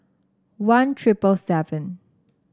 one triple seven